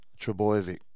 Trebojevic